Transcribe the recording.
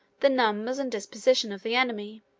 the numbers and disposition of the enemy.